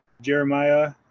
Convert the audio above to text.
Jeremiah